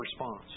response